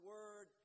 Word